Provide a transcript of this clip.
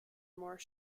more